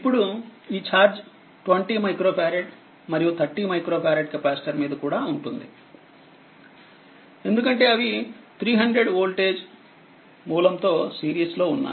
ఇప్పుడు ఈ చార్జ్20 మైక్రో ఫారెడ్మరియు30 మైక్రో ఫారెడ్కెపాసిటర్మీద కూడా ఉంటుంది ఎందుకంటేఅవి 300వోల్టేజ్మూలంతో సిరీస్లో ఉన్నాయి